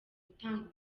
gutanga